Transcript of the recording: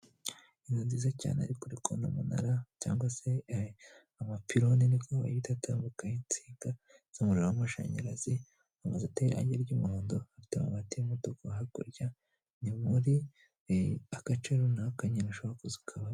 Inzu nziza cyane iri kure y'umunara cyangwa se amapironi ni ko bawita atambukaho insinga z'umuriro w'amashanyarazi, amazu ateye irangi ry'umuhondo, afite amabati y'umutuku hakurya. Ni mu gace runaka nine ushobora kuza ukaba.